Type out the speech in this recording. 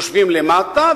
יושבים למטה,